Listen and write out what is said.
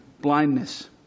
blindness